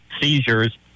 seizures